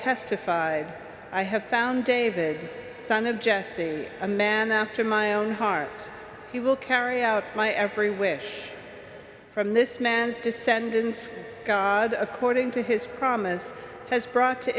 testified i have found david son of jesse a man after my own heart he will carry out my every wish from this man's descendants according to his promise has brought to